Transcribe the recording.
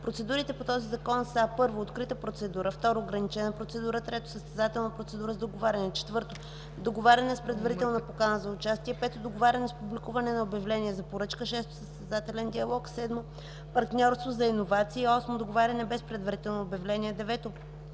Процедурите по този закон са: 1. открита процедура; 2. ограничена процедура; 3. състезателна процедура с договаряне; 4. договаряне с предварителна покана за участие; 5. договаряне с публикуване на обявление за поръчка; 6. състезателен диалог; 7. партньорство за иновации; 8. договаряне без предварително обявление; 9.